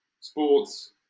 sports